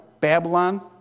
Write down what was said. Babylon